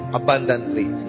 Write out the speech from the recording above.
abundantly